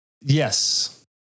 Yes